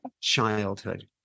childhood